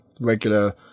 regular